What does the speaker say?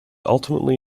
ultimately